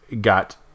got